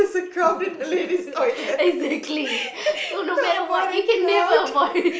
exactly so no matter what you can't never avoid